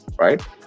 right